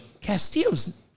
Castillo's